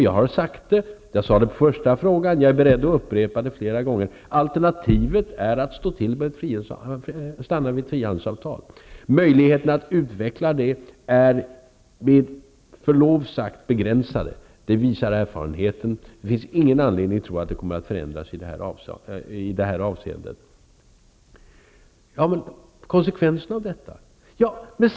Jag har sagt det. Jag sade det tidigare i debatten, och jag är beredd att upprepa det flera gånger: Alternativet är att stanna vid ett frihandelsavtal. Möjligheterna att utveckla det är med förlov sagt begränsade. Det visar erfarenheten. Det finns ingen anledning att tro att det kommer att förändras i det här avseendet. Vad blir konsekvenserna av detta?